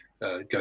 go